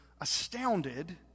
astounded